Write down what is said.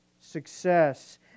Success